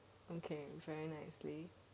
okay very nicely